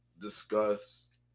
discuss